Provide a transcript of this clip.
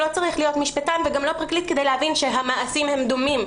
לא צריך להיות משפטן וגם לא פרקליט כדי להבין שהמעשים דומים.